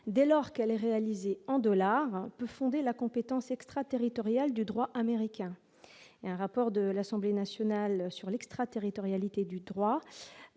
dès lors qu'elle est réalisée en dollar peut fonder la compétence extraterritoriale du droit américain et un rapport de l'Assemblée nationale sur l'extraterritorialité du droit